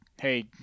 hey